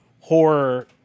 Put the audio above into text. horror